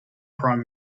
prime